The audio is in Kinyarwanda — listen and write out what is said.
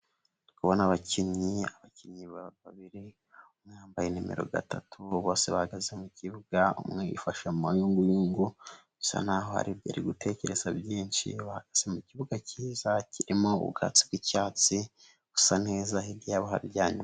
Ndikubona abakinnyi, abakinnyi babiri umwe yambaye nimero gatatu bose bahagaze mu kibuga, undi yifashe mu mayunguyungu, bisa naho hari byari gutekereza byinshi mu kibuga cyiza kirimo ubwatsi bw'icyatsi busa neza hryamye umuntu.